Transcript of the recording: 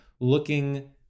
looking